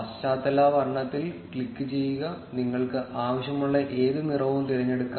പശ്ചാത്തല വർണ്ണത്തിൽ ക്ലിക്കുചെയ്യുക നിങ്ങൾക്ക് ആവശ്യമുള്ള ഏത് നിറവും തിരഞ്ഞെടുക്കാം